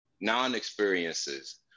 non-experiences